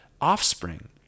offspring